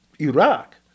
Iraq